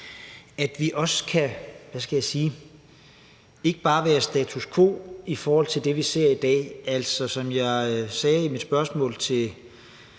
– hvad skal jeg sige – er status quo i forhold til det, vi ser i dag. Altså, som jeg sagde i mit spørgsmål til